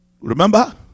Remember